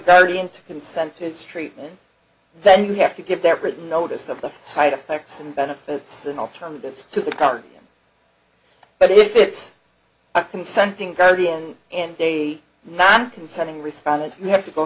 guardian to consent to its treatment then you have to give that written notice of the side effects and benefits and alternatives to the card but if it's a consenting guardian and they non consenting responded you have to go